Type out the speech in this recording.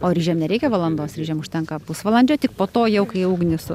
o ryžiam nereikia valandos ryžiam užtenka pusvalandžio tik po to jau kai ugnis